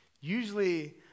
usually